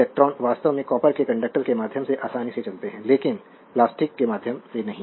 electron वास्तव में copper के कंडक्टर के माध्यम से आसानी से चलते हैं लेकिन प्लास्टिक के माध्यम से नहीं